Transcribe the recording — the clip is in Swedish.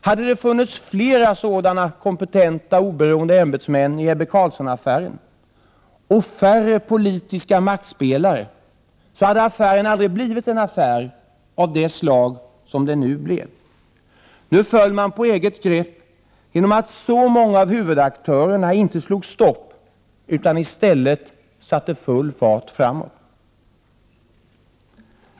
Hade det funnits fler sådana kompetenta, oberoende ämbetsmän i Ebbe Carlsson-affären och färre politiska maktspelare, så hade affären aldrig blivit en affär av det slag den blev. Nu föll man på eget grepp genom att så många av huvudaktörerna inte slog stopp utan i stället satte full fart framåt.